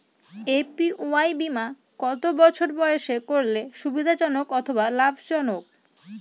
APY বীমা কত বছর বয়সে করলে সুবিধা জনক অথবা লাভজনক?